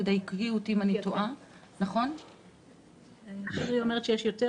תדייקי אותי אם אני טועה --- שירי אומרת שיש אומרת,